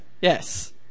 yes